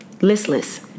listless